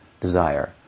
desire